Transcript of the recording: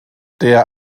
der